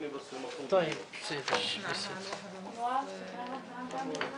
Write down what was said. הישיבה ננעלה